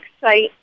site